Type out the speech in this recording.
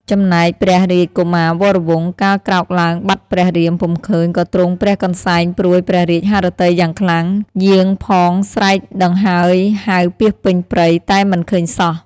ចំណែកព្រះរាជកុមារវរវង្ស កាលក្រោកឡើងបាត់ព្រះរៀមពុំឃើញ ក៏ទ្រង់ព្រះកន្សែងព្រួយព្រះរាជហឫទ័យយ៉ាងខ្លាំង យាងផងស្រែកដង្ហោយហៅពាសពេញព្រៃ តែមិនឃើញសោះ។